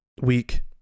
week